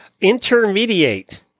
Intermediate